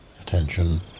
Attention